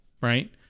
Right